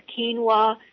quinoa